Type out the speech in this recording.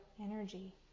energy